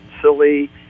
silly